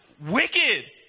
Wicked